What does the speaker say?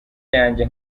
yanjye